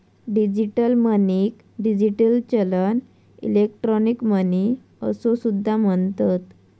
digital मनीक digital चलन, electronic money असो सुद्धा म्हणतत